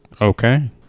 okay